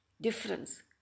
difference